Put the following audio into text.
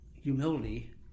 humility